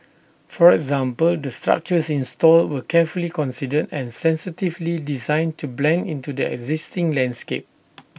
for example the structures installed were carefully considered and sensitively designed to blend into the existing landscape